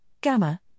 gamma